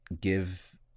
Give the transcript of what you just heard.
give